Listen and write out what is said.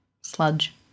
sludge